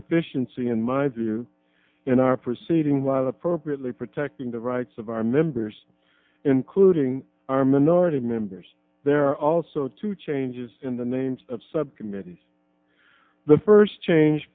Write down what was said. c in my view in our proceeding while appropriately protecting the rights of our members including our minority members there also to changes in the names of subcommittees the first change